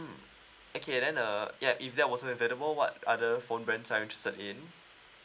mm okay then uh yup if that wasn't available what other phone brands are you interested in